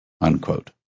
unquote